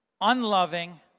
unloving